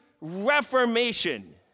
reformation